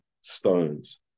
stones